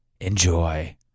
Enjoy